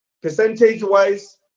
Percentage-wise